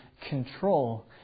control